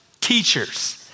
teachers